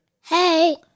Hey